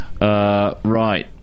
Right